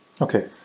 Okay